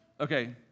Okay